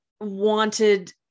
wanted